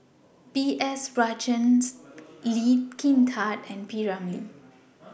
B S Rajhans Lee Kin Tat and P Ramlee